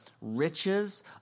riches